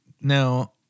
Now